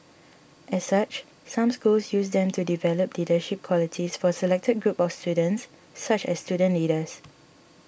as such some schools use them to develop leadership qualities for selected groups of students such as student leaders